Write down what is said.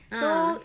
ah